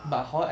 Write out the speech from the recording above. ah